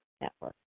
Network